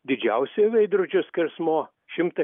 didžiausiojo veidrodžio skersmuo šimtas